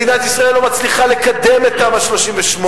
מדינת ישראל לא מצליחה לקדם את תמ"א 38,